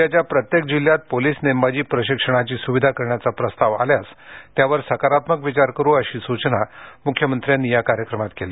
राज्याच्या प्रत्येक जिल्ह्यात पोलिस नेमबाजी प्रशिक्षणाची सुविधा करण्याचा प्रस्ताव आल्यास त्यावर सकारात्मक विचार करु अशी सुचना मुख्यमंत्र्यांनी या कार्यक्रमात केली